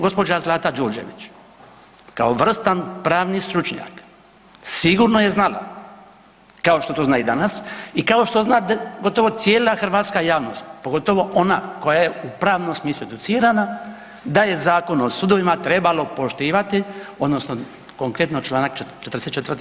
Gđa. Zlata Đurđević kao vrstan pravni stručnjak sigurno je znala kao što to zna i danas i kao što zna gotovo cijela hrvatska javnost, pogotovo ona koja je u pravnom smislu educirana, da je Zakon o sudovima trebalo poštivati odnosno konkretno čl. 44.